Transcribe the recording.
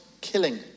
killing